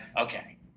okay